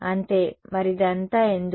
అంతే మరి ఇదంతా ఎందుకు